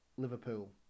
Liverpool